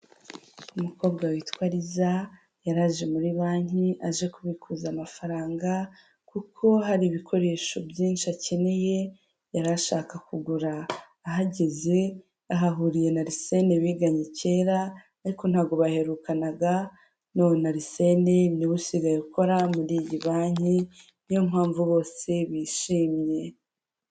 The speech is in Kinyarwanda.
Umukobwa witwa Liza yaraje muri banki aje kubikuza amafaranga kuko hari ibikoresho byinshi akeneye yari ashaka kugura, ahageze ahahuriye na Arisene biganye kera ariko ntabwo baherukanaga none Arisene niwe usigaye ukora muri iyi banki niyo mpamvu bose bishimye.